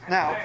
Now